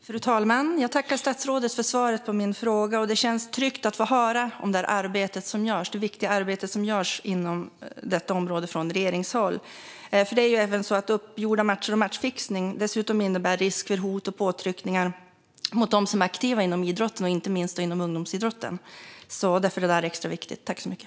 Fru talman! Jag tackar statsrådet för svaret på min fråga. Det känns tryggt att få höra om det viktiga arbete som görs inom detta område från regeringshåll. Uppgjorda matcher och matchfixning innebär ju dessutom risk för hot och påtryckningar mot de aktiva inom idrotten, inte minst inom ungdomsidrotten. Därför är detta extra viktigt.